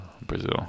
Brazil